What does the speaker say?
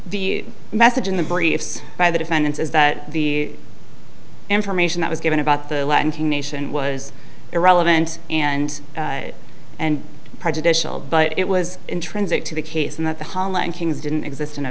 the message in the briefs by the defendants is that the information that was given about the length of a nation was irrelevant and and prejudicial but it was intrinsic to the case and that the homeland kings didn't exist in a